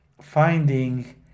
finding